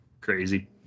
Crazy